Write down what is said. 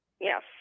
Yes